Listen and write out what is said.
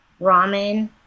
ramen